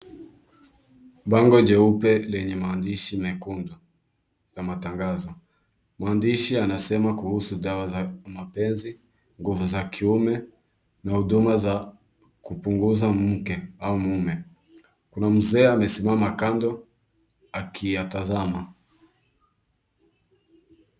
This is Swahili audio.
Bango jeupe lenye maandishi mekundu ya matangazo. Mwandishi anasema kuhusu dawa za mapenzi, nguvu za kiume na huduma za kupunguza mke au mume. Kuna mzee amesimama kando akiyatazama.